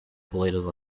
political